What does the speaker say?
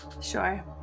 Sure